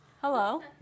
Hello